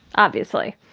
obviously,